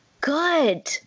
Good